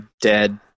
dead